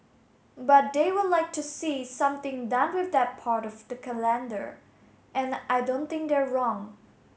but they would like to see something done with that part of the calendar and I don't think they're wrong